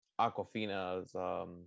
Aquafina's